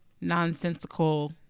nonsensical